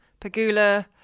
Pagula